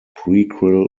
prequel